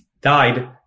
died